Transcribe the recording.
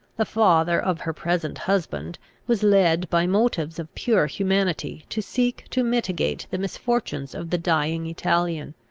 the father of her present husband was led by motives of pure humanity to seek to mitigate the misfortunes of the dying italian.